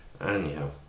Anyhow